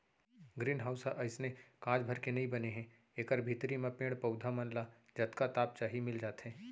green house ह अइसने कांच भर के नइ बने हे एकर भीतरी म पेड़ पउधा मन ल जतका ताप चाही मिल जाथे